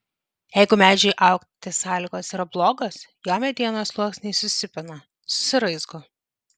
jeigu medžiui augti sąlygos yra blogos jo medienos sluoksniai susipina susiraizgo